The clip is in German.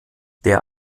der